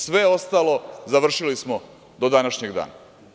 Sve ostalo završili smo do današnjeg dana.